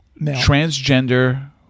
transgender